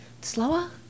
Slower